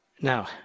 Now